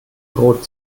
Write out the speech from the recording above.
rot